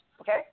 okay